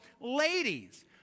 ladies